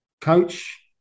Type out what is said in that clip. coach